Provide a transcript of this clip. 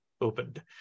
opened